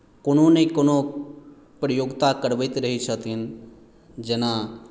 कोनो नहि कोनो प्रतियोगिता करबैत रहैत छथिन जेना